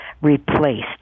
replaced